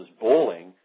bowling